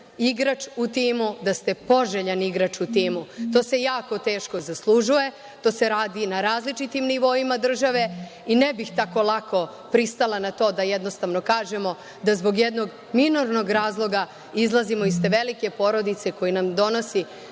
igrač u timu, da ste poželjan igrač u timu. To se jako teško zaslužuje, to se radi na različitim nivoima države i ne bih tako lako pristala na to da jednostavno kažemo da zbog jednog minornog razloga izlazimo iz te velike porodice koja nam donosi